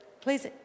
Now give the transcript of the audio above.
please